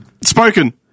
Spoken